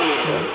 jap eh